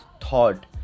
thought